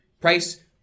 price